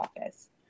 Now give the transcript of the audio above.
office